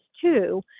two